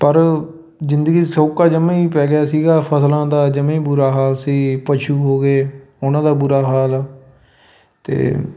ਪਰ ਜਿੰਦਗੀ 'ਚ ਸੌਕਾ ਜਮੀ ਪੈ ਗਿਆ ਸੀਗਾ ਫਸਲਾਂ ਦਾ ਜਮਾਂ ਹੀ ਬੁਰਾ ਹਾਲ ਸੀ ਪਸ਼ੂ ਹੋ ਗਏ ਉਹਨਾਂ ਦਾ ਬੁਰਾ ਹਾਲ ਅਤੇ